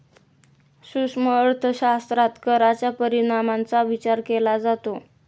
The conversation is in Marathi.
सूक्ष्म अर्थशास्त्रात कराच्या परिणामांचा विचार केला जातो